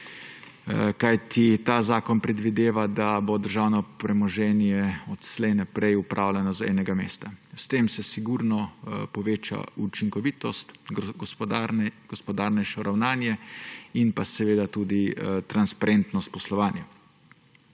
kajti ta zakon predvideva, da bo državno premoženje odslej naprej upravljano z enega mesta. S tem se sigurno poveča učinkovitost, gospodarnejše ravnanje in pa seveda tudi transparentnost poslovanja.